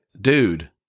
dude